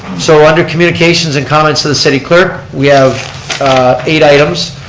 so under communications and comments to the city clerk, we have eight items.